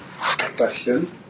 question